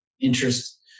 interest